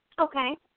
Okay